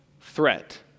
threat